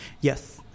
yes